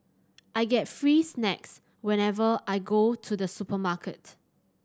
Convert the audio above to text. I get free snacks whenever I go to the supermarket